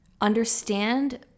understand